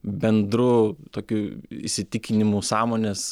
bendru tokiu įsitikinimų sąmonės